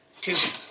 two